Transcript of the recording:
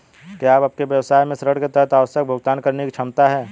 क्या आपके व्यवसाय में ऋण के तहत आवश्यक भुगतान करने की क्षमता है?